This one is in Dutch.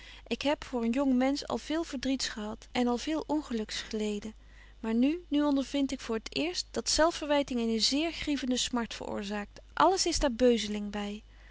ik heb voor een jong mensch al veel verdriets gehad en al veel ongelyks geleden maar nu nu ondervind ik voor t eerst dat zelfverwyting eene zeer grievende smart veroorzaakt alles is daar beuzeling by